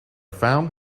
found